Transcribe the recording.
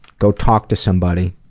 go talk to somebody.